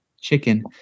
chicken